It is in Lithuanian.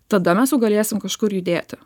tada mes jau galėsim kažkur judėti